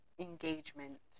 engagement